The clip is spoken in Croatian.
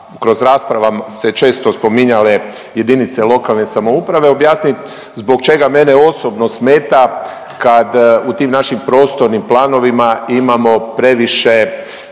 kroz rasprava se često spominjale jedinice lokalne samouprave objasnit zbog čega mene osobno smeta kad u tim našim prostornim planovima imamo previše